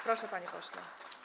Proszę, panie pośle.